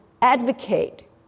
advocate